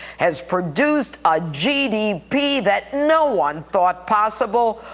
has produced a gdp that no one thought possible,